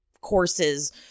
courses